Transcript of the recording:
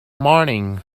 morning